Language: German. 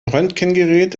röntgengerät